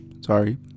Sorry